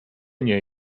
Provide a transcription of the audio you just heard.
nie